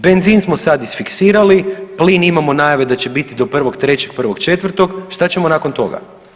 Benzin smo sad isfiksirali, plin imamo najave da će biti do 1.3., 1.4., šta će ćemo nakon toga?